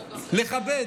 לכבד,